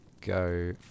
go